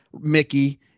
Mickey